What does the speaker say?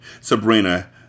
Sabrina